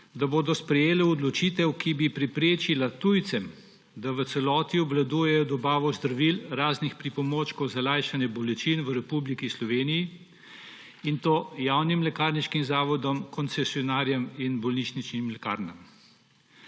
da bodo sprejele odločitev, ki bi preprečila tujcem, da v celoti obvladujejo dobavo zdravil, raznih pripomočkov za lajšanje bolečin v Republiki Sloveniji in to javnim lekarniškim zavodom, koncesionarjem in bolnišničnim lekarnam?